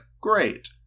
great